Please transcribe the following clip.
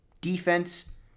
Defense